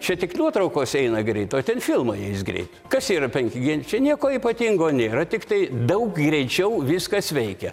čia tik nuotraukos eina greit o ten filmai eis greit kas yra penki g čia nieko ypatingo nėra tiktai daug greičiau viskas veikia